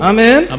Amen